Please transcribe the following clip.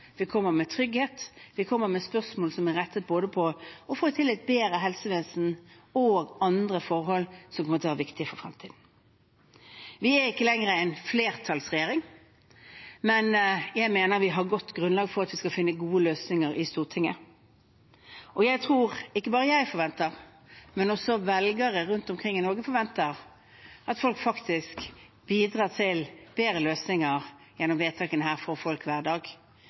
Vi kommer med trygghet. Vi kommer med spørsmål rettet mot å få til et bedre helsevesen og andre forhold som kommer til å være viktige for fremtiden. Vi er ikke lenger en flertallsregjering, men jeg mener vi har et godt grunnlag for å finne gode løsninger i Stortinget. Og ikke bare jeg, men også velgere rundt omkring i Norge forventer at vi gjennom vedtakene her faktisk bidrar til bedre løsninger for folk hver dag,